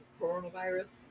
coronavirus